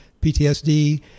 PTSD